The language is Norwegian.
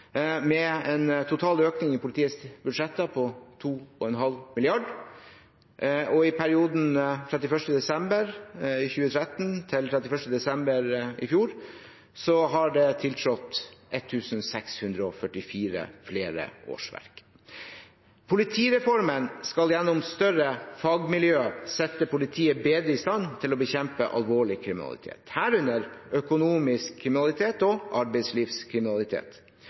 med en total økning i politiets budsjetter på 2,5 mrd. kr., og i perioden 31. desember 2013 til 31. desember i fjor har det tiltrådt 1 644 flere årsverk. Politireformen skal gjennom større fagmiljø sette politiet bedre i stand til å bekjempe alvorlig kriminalitet, herunder økonomisk kriminalitet og arbeidslivskriminalitet.